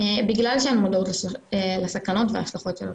בגלל שאין מודעות לסכנות ולהשלכות שלהם.